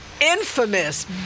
Infamous